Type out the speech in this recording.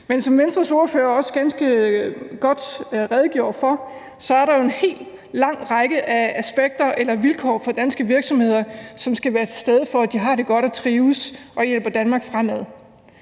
Men som Venstres ordfører også ganske godt redegjorde for, er der jo en hel lang række af aspekter eller vilkår for danske virksomheder, som skal være til stede, for at de har det godt og trives og hjælper Danmark fremad,